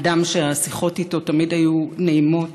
אדם שהשיחות איתו תמיד היו נעימות,